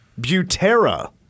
Butera